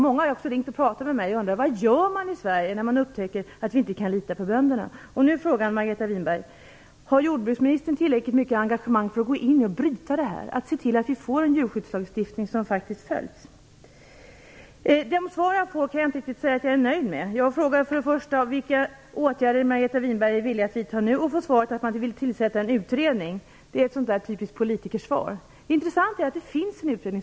Många har ringt och frågat vad man gör här i Sverige när man upptäcker att man inte kan lita på bönderna. Har jordbruksministern tillräckligt mycket engagemang för att gå in och bryta den här utvecklingen och se till att vi får en djurskyddslagstiftning som faktiskt följs? Jag kan inte säga att jag är nöjd med de svar som jag har fått. På min första fråga om vilka åtgärder Margareta Winberg är villig att vidta nu får jag svaret att man vill tillsätta en utredning. Det är ett typiskt politikersvar. Det intressanta är att det redan finns en färdig utredning.